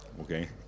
okay